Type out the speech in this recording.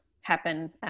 happen